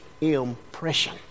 Impression